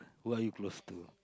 who are you close to